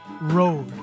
road